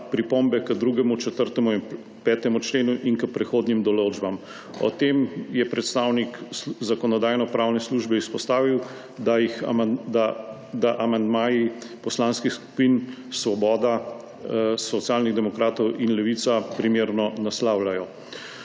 pripombe k 2., 4. in 5. členu in k prehodnim določbam. O tem je predstavnik Zakonodajno-pravne službe izpostavil, da amandmaji poslanskih skupin Svoboda, Socialnih demokratov in Levica primerno naslavljajo.